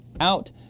out